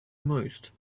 most